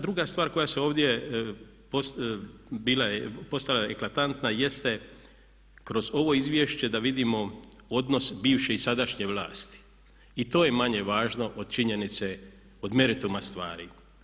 Druga stvar koja se ovdje postala je eklatantna jeste kroz ovo izvješće da vidimo odnos bivše i sadašnje vlasti i to je manje važno od činjenice, od merituma stvari.